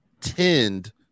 tend